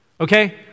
Okay